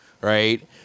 right